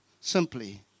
Simply